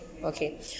Okay